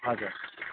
हजुर